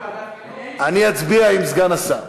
אני אצביע עם סגן השר.